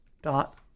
dot